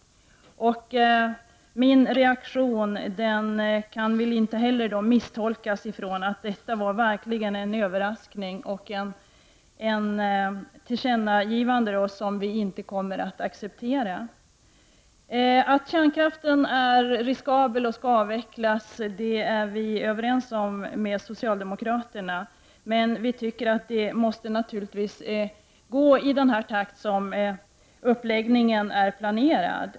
Inte heller min reaktion kan misstolkas: Det var verkligen ett överraskande tillkännagivande, som vi inte kommer att acceptera. Vi är överens med socialdemokraterna om att kärnkraften är riskabel och skall avskaffas, men vi tycker att det måste ske i den takt som är planerad.